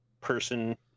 person